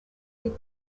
with